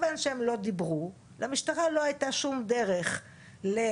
מכיוון שהם לא דיברו למשטרה לא הייתה שום דרך לאשש